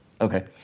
Okay